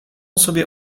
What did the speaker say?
sobie